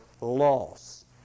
loss